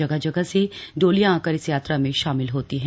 जगह जगह से डोलियां आकर इस यात्रा में शामिल होती हैं